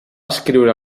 escriure